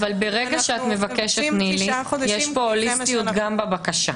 יש פה הוליסטית גם בבקשה.